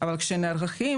אבל כשנערכים,